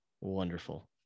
Wonderful